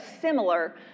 similar